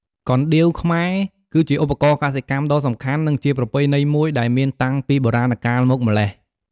កណ្ដៀវខ្មែរ គឺជាឧបករណ៍កសិកម្មដ៏សំខាន់ និងជាប្រពៃណីមួយ ដែលមានតាំងពីបុរាណកាលមកម្ល៉េះ។